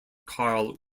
karl